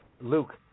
Luke